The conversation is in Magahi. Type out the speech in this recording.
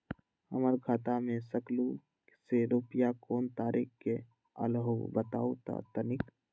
हमर खाता में सकलू से रूपया कोन तारीक के अलऊह बताहु त तनिक?